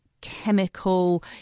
chemical